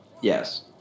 Yes